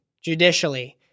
judicially